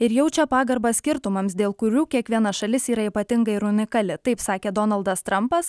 ir jaučia pagarbą skirtumams dėl kurių kiekviena šalis yra ypatinga ir unikali taip sakė donaldas trampas